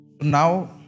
Now